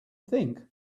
think